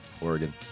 Oregon